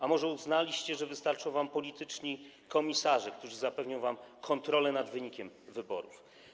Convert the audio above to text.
A może uznaliście, że wystarczą wam polityczni komisarze, którzy zapewnią wam kontrolę nad wynikiem wyborów?